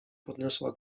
podniosła